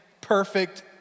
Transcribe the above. perfect